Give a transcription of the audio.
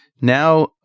Now